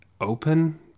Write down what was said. open